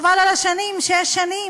חבל על השנים, שש שנים.